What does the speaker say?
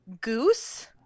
goose